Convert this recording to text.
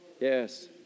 Yes